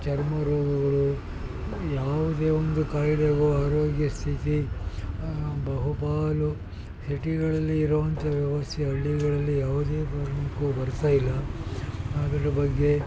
ಚರ್ಮ ರೋಗಗಳು ಯಾವುದೇ ಒಂದು ಕಾಯಿಲೆಗು ಆರೋಗ್ಯ ಸ್ಥಿತಿ ಬಹುಪಾಲು ಸಿಟಿಗಳಲ್ಲಿ ಇರುವಂಥ ವ್ಯವಸ್ಥೆ ಹಳ್ಳಿಗಳಲ್ಲಿ ಯಾವುದೇ ಕಾರಣಕ್ಕೂ ಬರ್ತಾ ಇಲ್ಲ ಅದರ ಬಗ್ಗೆ